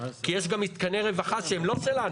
כי יש גם מתקני רווחה שהם לא שלנו,